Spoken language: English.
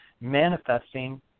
manifesting